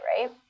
right